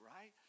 right